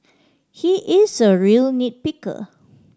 he is a real nit picker